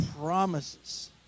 promises